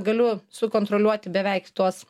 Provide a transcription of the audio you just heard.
galiu sukontroliuoti beveik tuos